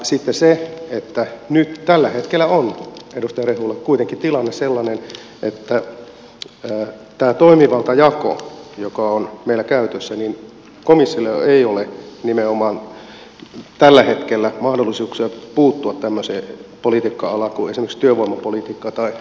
sitten se että nyt tällä hetkellä on edustaja rehula kuitenkin tilanne sellainen että tässä toimivaltajaossa joka on meillä käytössä komissiolla ei ole nimenomaan tällä hetkellä mahdollisuuksia puuttua tämmöiseen politiikka alaan kuin esimerkiksi työvoimapolitiikka tai sosiaalipolitiikka